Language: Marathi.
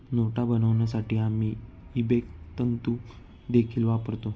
नोटा बनवण्यासाठी आम्ही इबेक तंतु देखील वापरतो